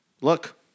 Look